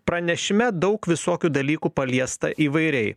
pranešime daug visokių dalykų paliesta įvairiai